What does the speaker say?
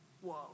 Whoa